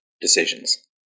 decisions